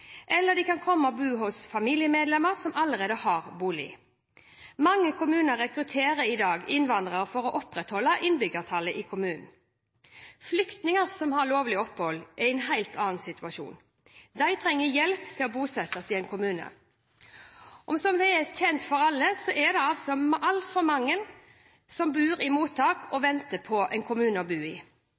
eller de kan komme og bo hos familiemedlemmer som allerede har en bolig. Mange kommuner rekrutterer i dag innvandrere for å opprettholde innbyggertallet i kommunen. Flyktninger som har lovlig opphold, er i en helt annen situasjon. De trenger hjelp til å bosette seg i en kommune. Som kjent er det altfor mange som bor i mottak og venter på en kommune å bosette seg i.